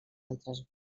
altres